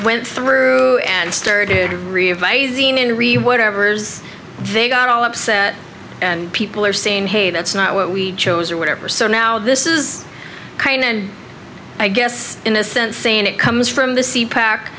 went through and started revising in re whatever's they got all upset and people are saying hey that's not what we chose or whatever so now this is kind and i guess in a sense saying it comes from the c pac